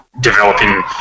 developing